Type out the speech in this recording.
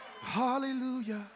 Hallelujah